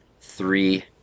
three